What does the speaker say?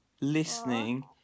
listening